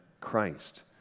Christ